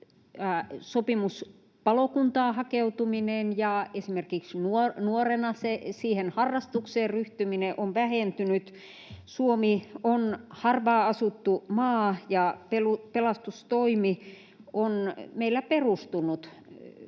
sopimuspalokuntaan hakeutuminen ja esimerkiksi nuorena siihen harrastukseen ryhtyminen on vähentynyt. Suomi on harvaan asuttu maa, ja pelastustoimi on meillä perustunut